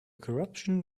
corruption